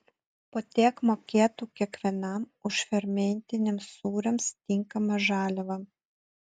po tiek mokėtų kiekvienam už fermentiniams sūriams tinkamą žaliavą